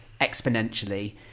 exponentially